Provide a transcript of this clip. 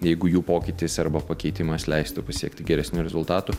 jeigu jų pokytis arba pakeitimas leistų pasiekti geresnių rezultatų